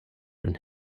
and